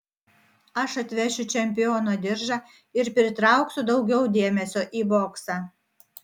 aš atvešiu čempiono diržą ir pritrauksiu daugiau dėmesio į boksą